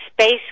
space